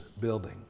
building